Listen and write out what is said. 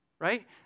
right